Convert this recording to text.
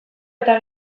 eta